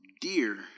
dear